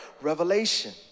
revelation